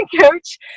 coach